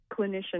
clinician